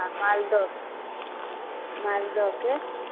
आ मालदहके मालदहके